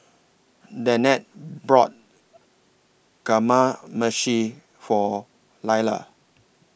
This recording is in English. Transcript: Danette brought Kamameshi For Lailah